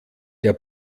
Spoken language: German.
der